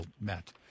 met